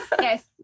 Yes